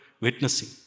Witnessing